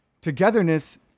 togetherness